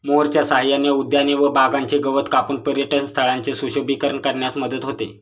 मोअरच्या सहाय्याने उद्याने व बागांचे गवत कापून पर्यटनस्थळांचे सुशोभीकरण करण्यास मदत होते